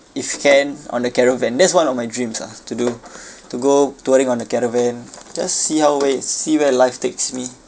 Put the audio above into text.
if can on the caravan that's one of my dreams lah to do to go touring on the caravan just see how ways see where life takes me